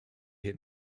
hit